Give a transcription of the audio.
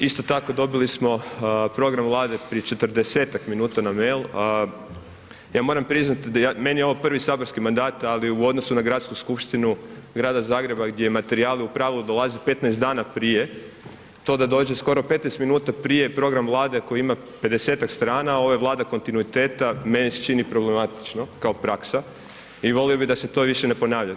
Isto tako dobili smo Program Vlade prije 40-tak minuta na mail, a ja moram priznati da, meni je ovo prvi saborski mandat ali u odnosu na Gradsku skupštinu Grada Zagreba gdje materijali u pravilu dolaze 15 dana prije, to da dođe skoro 15 minuta prije Program Vlade koji ima 50-tak strana, a ovo je Vlada kontinuiteta meni se čini problematično kao praksa i volio bi da se to više ne ponavlja.